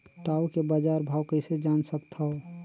टाऊ के बजार भाव कइसे जान सकथव?